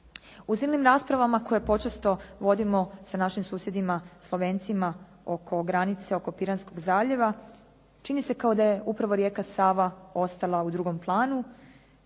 U silnim raspravama koje počesto vodimo sa našim susjedima Slovencima oko granice oko Piranskog zaljeva, čini se kao da je upravo rijeka Sava ostala u drugom planu